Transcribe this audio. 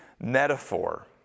metaphor